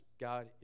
God